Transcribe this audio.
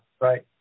right